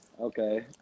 Okay